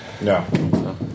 No